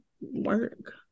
work